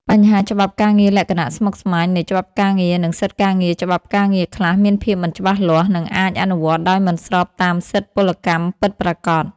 បញ្ហាច្បាប់ការងារលក្ខណៈស្មុគស្មាញនៃច្បាប់ការងារ និងសិទ្ធិការងារច្បាប់ការងារខ្លះមានភាពមិនច្បាស់លាស់ និងអាចអនុវត្តដោយមិនស្របតាមសិទ្ធិពលកម្មពិតប្រាកដ។